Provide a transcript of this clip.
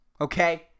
Okay